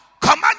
command